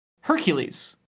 Hercules